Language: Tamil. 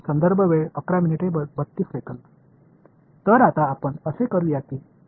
எனவே இப்போது வெளிப்படையாகச் செய்வோம் என்னிடம் உள்ள இந்த வெளிப்பாட்டை ஒருங்கிணைப்போம்